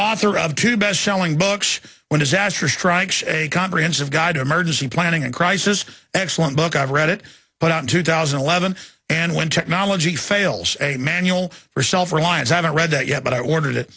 author of two bestselling books when disaster strikes a comprehensive guide to emergency planning and crisis excellent book i've read it but in two thousand and eleven and when technology fails a manual for self reliance i haven't read it yet but i ordered it